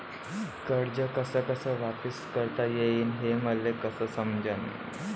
कर्ज कस कस वापिस करता येईन, हे मले कस समजनं?